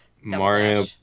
Mario